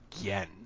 again